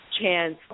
chance